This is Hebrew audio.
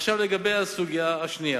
עכשיו לגבי הסוגיה השנייה,